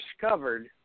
discovered